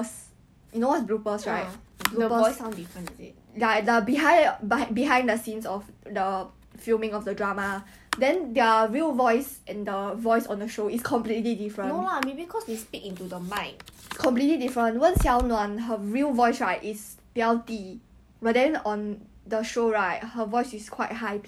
!huh! 不是好听不好听 it's I don't know why they also want to do that but I know lawrence wong is very very very obvious difference cause 他口音 is singaporean accent [what]